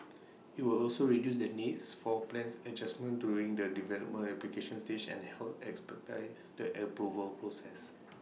IT will also reduce the need for plans adjustment during the development application stage and help expertise the approval process